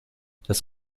das